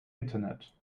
internet